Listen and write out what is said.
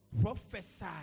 prophesy